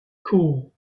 cool